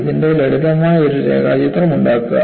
ഇതിൻറെ ലളിതമായ ഒരു രേഖാചിത്രം ഉണ്ടാക്കുക